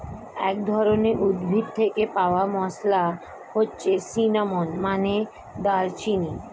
এক ধরনের উদ্ভিদ থেকে পাওয়া মসলা হচ্ছে সিনামন, মানে দারুচিনি